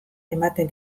ematen